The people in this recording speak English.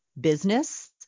business